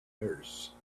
nurse